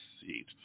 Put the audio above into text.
seat